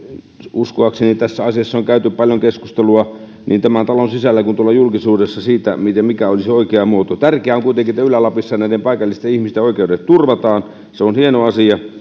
uskoakseni tässä asiassa on käyty paljon keskustelua niin tämän talon sisällä kuin tuolla julkisuudessa siitä mikä olisi oikea muoto tärkeää on kuitenkin että ylä lapissa paikallisten ihmisten oikeudet turvataan se on hieno asia